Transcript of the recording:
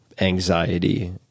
anxiety